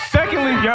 Secondly